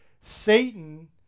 Satan